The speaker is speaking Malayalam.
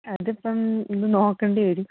അതിപ്പം ഇന്ന് നോക്കേണ്ടി വരും